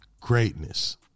greatness